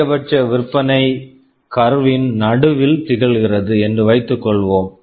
அதிகபட்ச விற்பனை curve curve -ன் நடுவில் நிகழ்கிறது என்று வைத்துக் கொள்வோம்